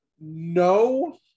No